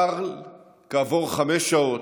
אבל כעבור חמש שעות,